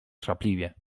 chrapliwie